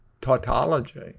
tautology